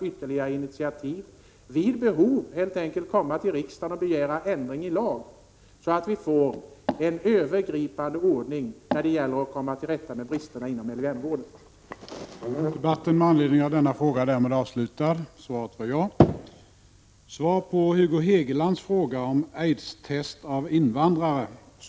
Regeringen kan vid behov helt enkelt komma till riksdagen och begära ändring i lag, så att vi får en övergripande ordning och kan komma till rätta med bristerna inom vården av missbrukare.